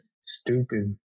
stupid